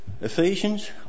Ephesians